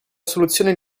soluzione